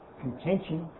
contention